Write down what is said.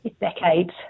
decades